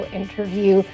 interview